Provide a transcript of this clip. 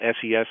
SES